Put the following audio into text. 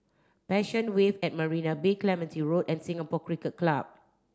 Passion Wave at Marina Bay Clementi Road and Singapore Cricket Club